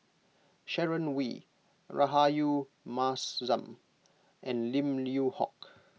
Sharon Wee Rahayu Mahzam and Lim Yew Hock